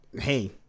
Hey